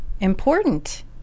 important